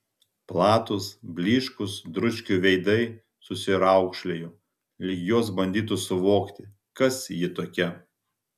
platūs blyškūs dručkių veidai susiraukšlėjo lyg jos bandytų suvokti kas ji tokia